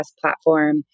platform